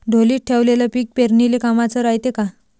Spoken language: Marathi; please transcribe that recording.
ढोलीत ठेवलेलं पीक पेरनीले कामाचं रायते का?